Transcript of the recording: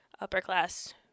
upper-class